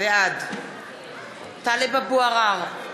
בעד טלב אבו עראר,